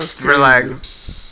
Relax